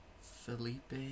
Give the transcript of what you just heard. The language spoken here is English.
Felipe